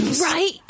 Right